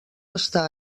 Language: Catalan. està